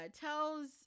tells